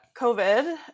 COVID